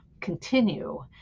continue